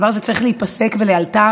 הדבר הזה צריך להיפסק ולאלתר.